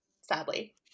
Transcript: sadly